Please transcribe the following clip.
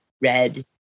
red